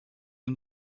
and